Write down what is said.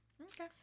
Okay